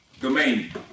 domain